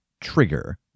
trigger